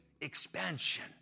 expansion